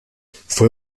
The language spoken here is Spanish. fue